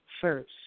First